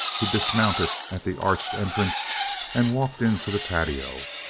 he dismounted at the arched entrance and walked into the patio.